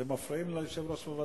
אתם מפריעים ליושב-ראש.